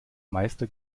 meister